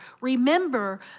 Remember